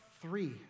three